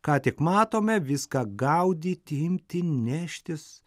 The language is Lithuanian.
ką tik matome viską gaudyti imti neštis